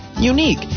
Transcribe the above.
unique